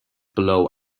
below